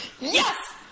Yes